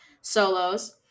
solos